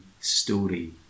story